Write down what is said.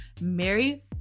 mary